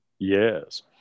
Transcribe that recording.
Yes